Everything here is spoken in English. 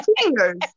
fingers